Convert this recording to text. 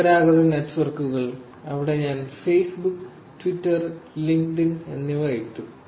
പരമ്പരാഗത നെറ്റ്വർക്കുകൾ അവിടെ ഞാൻ ഫേസ്ബുക്ക് ട്വിറ്റർ ലിങ്ക്ഡ്ഇൻ എന്നിവ ഇട്ടു